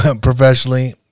professionally